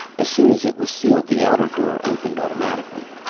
as soon as it was sealed the outer door opened automatically.